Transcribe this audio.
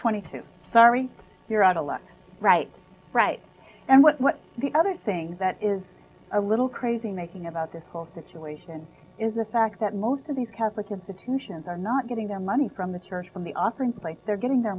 twenty two sorry you're outta luck right right and what's the other thing that is a little crazy making about this whole situation is the fact that most of these catholic institutions are not getting their money from the church from the offerings like they're getting their